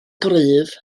gryf